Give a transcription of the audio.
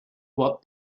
what